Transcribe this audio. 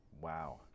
Wow